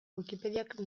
wikipediak